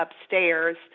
upstairs